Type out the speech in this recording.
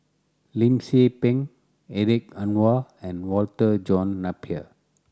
Lim Tze Peng Hedwig Anuar and Walter John Napier